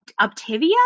Optivia